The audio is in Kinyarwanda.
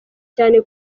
cyane